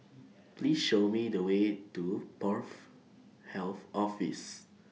Please Show Me The Way to Porth Health Office